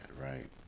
right